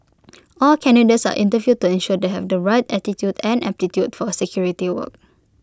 all candidates are interviewed to ensure they have the right attitude and aptitude for security work